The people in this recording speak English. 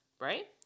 right